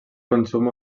consum